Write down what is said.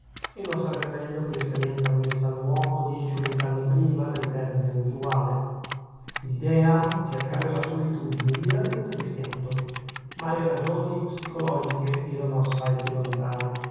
e non sarebbe meglio che l'esperienza venisse all'uomo dieci o vent'anni prima del termine usuale l'idea di cercare la solitudine gli era venuta di schianto ma le ragioni psicologiche erano assai più lontane